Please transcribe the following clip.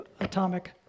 Atomic